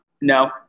No